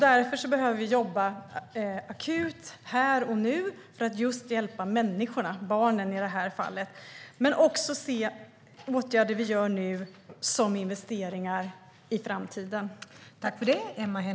Därför behöver vi jobba akut här och nu för att hjälpa människorna, barnen i detta fall, men också se åtgärder som vi nu vidtar som investeringar i framtiden.